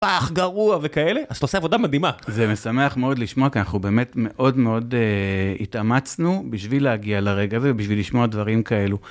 פח גרוע וכאלה, אז אתה עושה עבודה מדהימה. זה משמח מאוד לשמוע, כי אנחנו באמת מאוד מאוד התאמצנו בשביל להגיע לרגע הזה ובשביל לשמוע דברים כאלו.